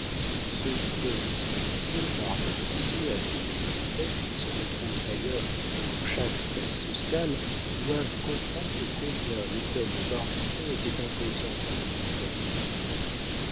ceux qui peuvent s'initier par la pensée à des petitesses qui se retrouvent d'ailleurs dans chaque sphère sociale doivent comprendre combien l'hôtel de bargeton était imposant dans la bourgeoisie